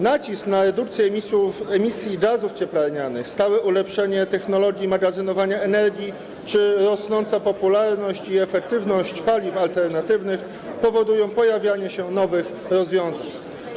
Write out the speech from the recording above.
Nacisk na redukcję emisji gazów cieplarnianych, stałe ulepszanie technologii magazynowania energii czy rosnąca popularność i efektywność paliw alternatywnych powodują pojawianie się nowych rozwiązań.